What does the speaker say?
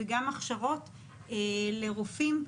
וגם הכשרות לרופאים,